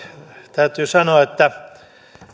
täytyy sanoa